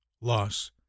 loss